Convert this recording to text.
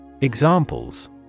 Examples